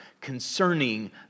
concerning